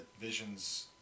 Vision's